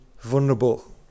vulnerable